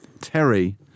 Terry